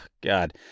God